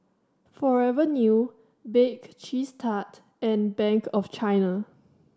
Forever New Bake Cheese Tart and Bank of China